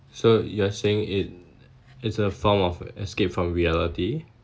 so you are saying it is a form of escape from reality